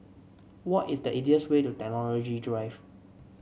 what is the easiest way to Technology Drive